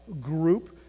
group